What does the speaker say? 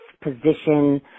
position